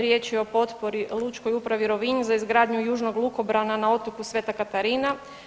Riječ je o potpori o Lučkoj upravi Rovinj za izgradnju južnog lukobrana na otoku Sv. Katarina.